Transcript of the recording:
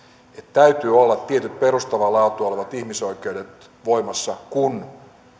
täytyy olla tietyt perustavaa laatua olevat ihmisoikeudet voimassa kun